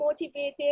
motivated